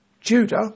Judah